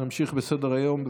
נמשיך בסדר-היום.